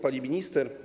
Pani Minister!